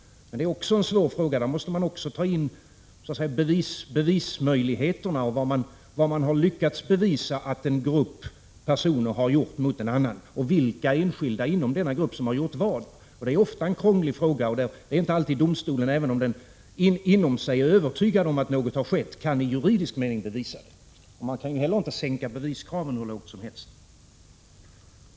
Men detta är också svåra frågor. Där måste man ta in bevismöjligheterna och se på vad man lyckats bevisa att en grupp personer har gjort mot en annan och vilka enskilda inom denna grupp som har gjort vad. Detta är ofta en krånglig fråga, och det är inte alltid som domstolen, även om den är övertygad om att något har skett, kan i juridisk mening bevisa det. Man kan inte heller sänka beviskraven hur lågt som helst.